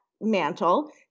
mantle